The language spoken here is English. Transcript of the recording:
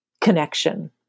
connection